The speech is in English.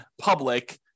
public